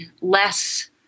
less